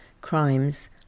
crimes